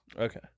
Okay